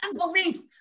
unbelief